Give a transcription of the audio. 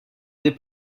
des